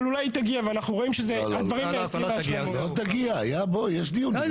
אבל אולי היא תגיע ואנחנו רואים שהדברים נעשים ב --- לא,